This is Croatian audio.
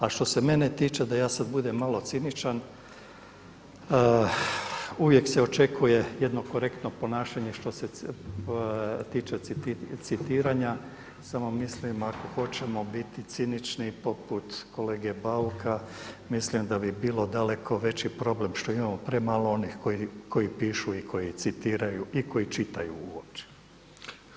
A što se mene tiče da ja sad budem malo ciničan uvijek se očekuje jedno korektno ponašanje što se tiče citiranja, samo mislim ako hoćemo biti cinični poput kolege Bauka mislim da bi bilo daleko veći problem što imamo premalo onih koji pišu i koji citiraju i koji čitaju uopće.